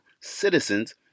citizens